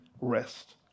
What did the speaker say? rest